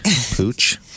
Pooch